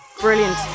brilliant